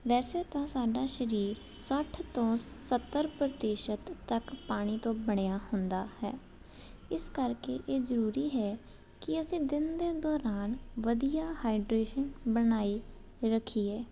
ਵੈਸੇ ਤਾਂ ਸਾਡਾ ਸਰੀਰ ਸੱਠ ਤੋਂ ਸੱਤਰ ਪ੍ਰਤੀਸ਼ਤ ਤੱਕ ਪਾਣੀ ਤੋਂ ਬਣਿਆ ਹੁੰਦਾ ਹੈ ਇਸ ਕਰਕੇ ਇਹ ਜ਼ਰੂਰੀ ਹੈ ਕਿ ਅਸੀਂ ਦਿਨ ਦੇ ਦੌਰਾਨ ਵਧੀਆ ਹਾਈਡਰੇਸ਼ਨ ਬਣਾਈ ਰੱਖੀਏ